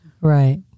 right